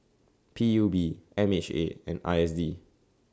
P U B M H A and I S D